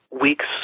weeks